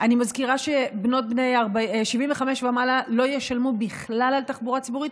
אני מזכירה: בנות ובני 75 ומעלה לא ישלמו בכלל על תחבורה ציבורית,